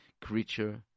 creature